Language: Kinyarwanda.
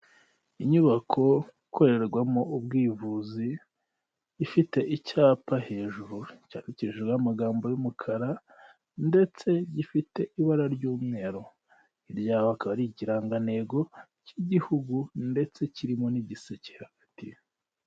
Inyubako ikorerwamo ubwivuzi ifite icyapa hejuru cyandikishijweho amagambo y'umukara ndetse gifite ibara ry'umweru, hirya yaho hakaba ari ikirangantego cy'igihugu ndetse kirimo n'igiseke hagati.